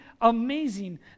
amazing